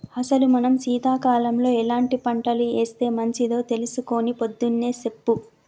అసలు మనం సీతకాలంలో ఎలాంటి పంటలు ఏస్తే మంచిదో తెలుసుకొని పొద్దున్నే సెప్పు